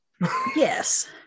Yes